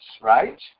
Right